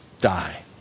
die